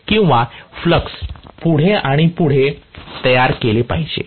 किंवा फ्लक्स पुढे आणि पुढे तयार केले पाहिजे